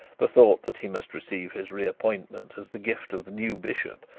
the thought that he must receive his re-appointment as the gift of the new bishop,